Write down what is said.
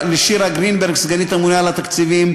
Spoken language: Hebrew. לשירה גרינברג, סגנית הממונה על התקציבים,